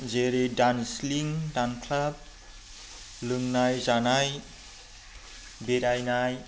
जेरै दानस्लिं दानख्लाब लोंनाय जानाय बेरायनाय